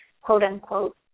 quote-unquote